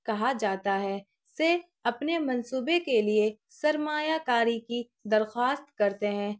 کہا جاتا ہے سے اپنے منصوبے کے لیے سرمایہ کاری کی درخواست کرتے ہیں